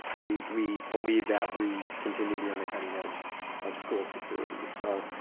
we we believe that we continue to be on the cutting edge of school security. so